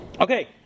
okay